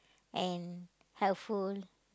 and helpful